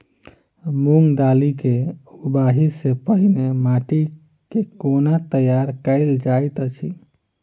मूंग दालि केँ उगबाई सँ पहिने माटि केँ कोना तैयार कैल जाइत अछि?